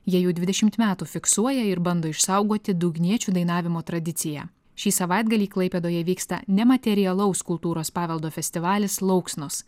jie jau dvidešimt metų fiksuoja ir bando išsaugoti dugniečių dainavimo tradiciją šį savaitgalį klaipėdoje vyksta nematerialaus kultūros paveldo festivalis lauksnos